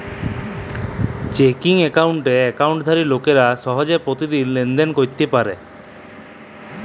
checking একাউল্টে একাউল্টধারি লোকেরা সহজে পতিদিল লেলদেল ক্যইরতে পারে